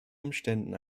umständen